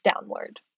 downward